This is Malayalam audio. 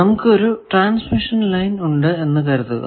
നമുക്ക് ഒരു ട്രാൻസ്മിഷൻ ലൈൻ ഉണ്ട് എന്ന് കരുതുക